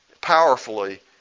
powerfully